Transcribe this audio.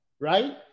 right